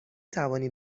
توانی